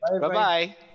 Bye-bye